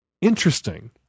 interesting